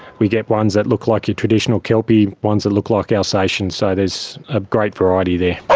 we get ones that look like your traditional kelpie, ones that look like alsatians. so there's a great variety there.